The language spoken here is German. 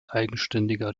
eigenständiger